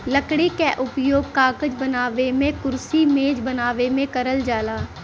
लकड़ी क उपयोग कागज बनावे मेंकुरसी मेज बनावे में करल जाला